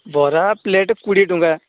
ବରା ପ୍ଲେଟ କୋଡ଼ିଏ ଟଙ୍କା